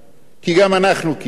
כי גם אנחנו קיבלנו,